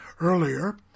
earlier